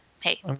Hey